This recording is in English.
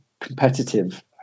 competitive